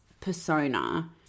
persona